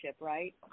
right